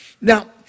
Now